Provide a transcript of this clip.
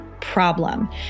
problem